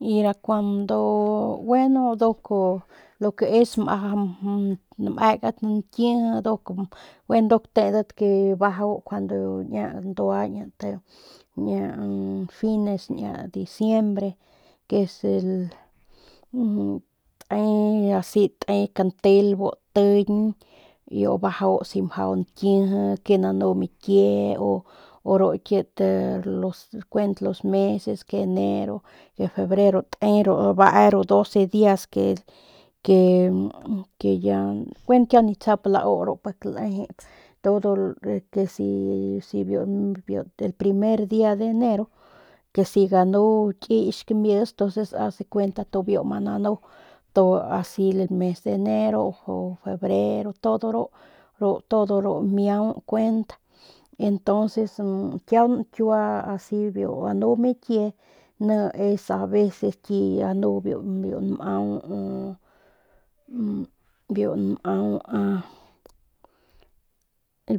Ira kuando gueno nduk lo que es maj mekan nkiji gueno nduk tedat ke abajau kuando niña bandua niña fines ñaa diciembre que es el te te asi te kantel bu tiñn bajau si mjau nkiji bajau si nanu mikie o kuent los meses que enero febrero te bee ru doce dias que que que ya gueno kiau nip tsau pilau ru pik lejep todo si el primer dia de enero que si ganu kiy ki skamis entonces as de kuenta biu ma nanu todo asi el mes de enero o febrero todo ru todo ru miau kuent entonces kiaun kiua si biu nanu mikie ni aveces ki biu nmau biu nmaua